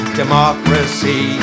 democracy